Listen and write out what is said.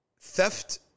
theft